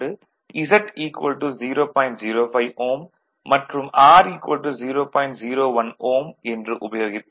01 Ω என்று உபயோகித்தால் நமக்கு X 0